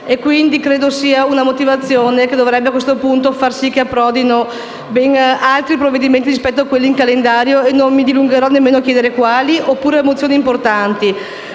questa sia una motivazione che a questo punto dovrebbe far sì che approdino in Aula ben altri provvedimenti rispetto a quelli in calendario - non mi dilungherò nemmeno a chiedere quali - oppure mozioni importanti)